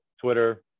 Twitter